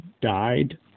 died